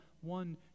one